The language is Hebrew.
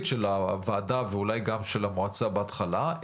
של הוועדה ואולי גם של המועצה בהתחלה,